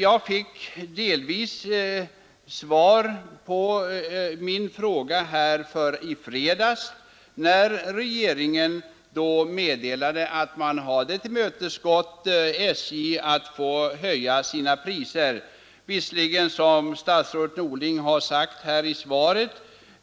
Jag fick delvis svar på min fråga när regeringen i fredags meddelade att man hade tillmötesgått SJ:s framställning att få höja priserna, visserligen — som statsrådet Norling sade i svaret —